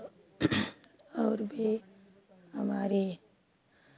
और भी हमारी